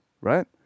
Right